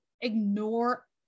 ignore